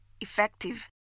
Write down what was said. effective